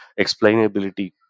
explainability